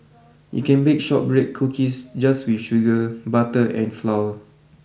you can bake shortbread cookies just with sugar butter and flour